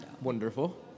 Wonderful